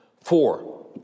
Four